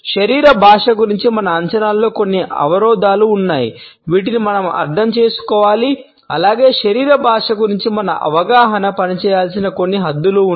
శరీర భాష గురించి మన అంచనాలో కొన్ని అవరోధాలు ఉన్నాయి వీటిని మనం అర్థం చేసుకోవాలి అలాగే శరీర భాష గురించి మన అవగాహన పనిచేయవలసిన కొన్ని హద్దులు ఉన్నాయి